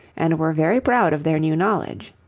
and were very proud of their new knowledge.